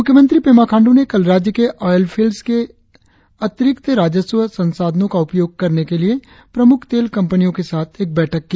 मुख्यमंत्री पेमा खांडू ने कल राज्य के ऑयल फील्ड्स से अतिरिक्त राजस्व संशाधनो का उपयोग करने के लिए प्रमुख तेल कंपनियों के साथ एक बैठक की